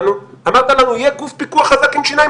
אמרת לנו שיהיה גוף פיקוח חזק עם שיניים,